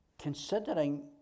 Considering